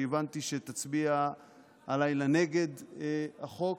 שהבנתי שתצביע הלילה נגד החוק,